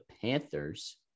Panthers